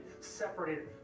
separated